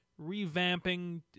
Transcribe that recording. revamping